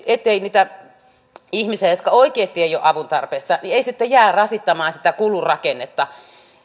ettei niitä ihmisiä jotka oikeasti eivät ole avun tarpeessa sitten jää rasittamaan sitä kulurakennetta